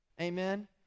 amen